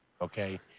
Okay